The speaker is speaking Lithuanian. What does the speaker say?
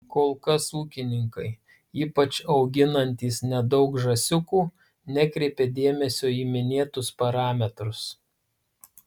kol kas ūkininkai ypač auginantys nedaug žąsiukų nekreipia dėmesio į minėtus parametrus